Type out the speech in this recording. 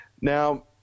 Now